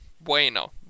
Bueno